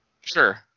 sure